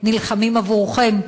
נלחמים עבורכם.